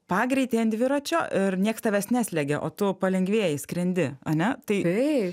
pagreitį ant dviračio ir nieks tavęs neslegia o tu palengvėjai skrendi ane tai